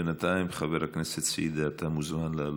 ובינתיים חבר הכנסת סידה, אתה מוזמן לעלות.